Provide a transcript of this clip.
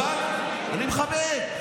אבל אני מכבד.